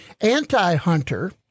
anti-hunter